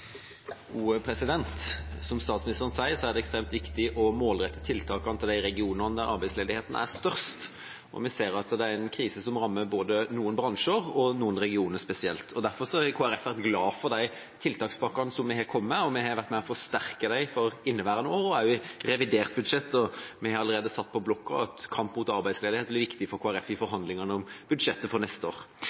det ekstremt viktig å målrette tiltakene mot de regionene der arbeidsledigheten er størst. Vi ser også at det er en krise som rammer noen bransjer og noen regioner spesielt. Derfor har Kristelig Folkeparti vært glad for de tiltakspakkene som man har kommet med, og vi har vært med og forsterket dem for inneværende år, og også i revidert budsjett. Og vi har allerede satt på blokka at kamp mot arbeidsledighet blir viktig for Kristelig Folkeparti i forhandlingene om budsjettet for neste år.